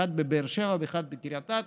אחד בבאר שבע ואחד בקריית אתא,